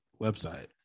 website